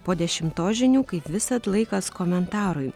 po dešimtos žinių kaip visad laikas komentarui